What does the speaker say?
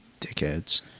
Dickheads